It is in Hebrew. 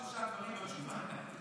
את מבינה שאמרת שלושה דברים,